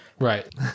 Right